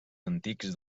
antics